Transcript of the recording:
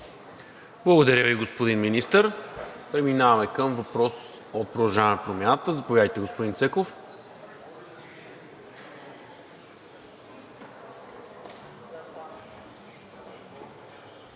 Благодаря Ви, господин Министър. Преминаваме към въпрос от „Продължаваме Промяната“. Заповядайте, господин Цеков.